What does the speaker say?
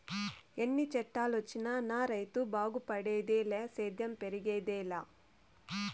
ఎన్ని చట్టాలొచ్చినా నా రైతు బాగుపడేదిలే సేద్యం పెరిగేదెలా